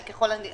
זה ככל הנראה